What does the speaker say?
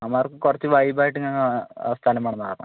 അവന്മാർക്ക് കുറച്ച് വൈബായിട്ട് നിൽക്കുന്ന സ്ഥലം വേണമെന്നാണ് പറഞ്ഞത്